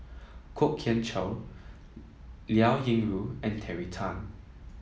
Kwok Kian Chow Liao Yingru and Terry Tan